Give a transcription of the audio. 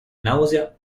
nausea